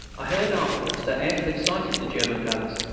i heard afterwards that f. had sighted the german guns,